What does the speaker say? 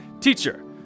Teacher